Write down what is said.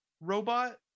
robot